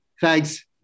Thanks